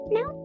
Now